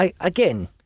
Again